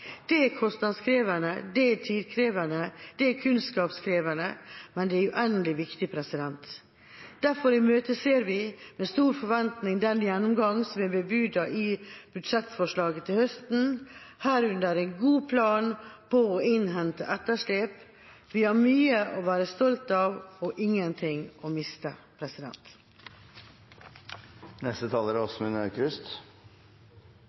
Det er kostnadskrevende, det er tidkrevende, det er kunnskapskrevende, men det er uendelig viktig. Derfor imøteser vi med stor forventning den gjennomgang som er bebudet i budsjettforslaget til høsten, herunder en god plan på å innhente etterslep. Vi har mye å være stolt av og ingenting å miste.